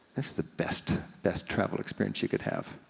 that's the best, best travel experience you could have.